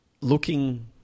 looking